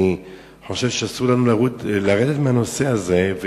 אני חושב שאסור לנו לרדת מהנושא הזה,